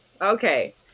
Okay